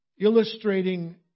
illustrating